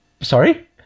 Sorry